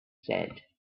said